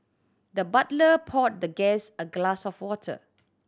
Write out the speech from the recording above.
the butler poured the guest a glass of water